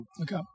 Okay